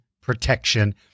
protection